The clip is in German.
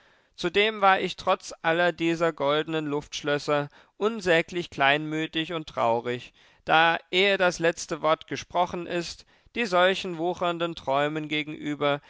zudem war ich trotz aller dieser goldenen luftschlösser unsäglich kleinmütig und traurig da ehe das letzte wort gesprochen ist die solchen wuchernden träumen gegenüber